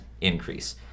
increase